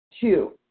Two